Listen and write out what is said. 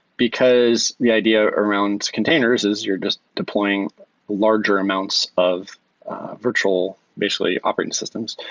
because the idea around containers is you're just deploying larger amounts of virtual, basically, operating systems.